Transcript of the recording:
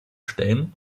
stellen